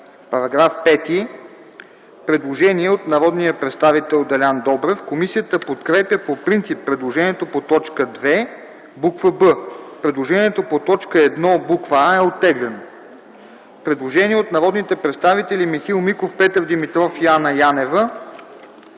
По § 5 – предложение от народния представител Делян Добрев. Комисията подкрепя по принцип предложението по т. 2, буква „б”. Предложението по т. 1, буква „а” е оттеглено. Предложение от народните представители Михаил Миков, Петър Димитров и Анна Янева.